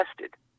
tested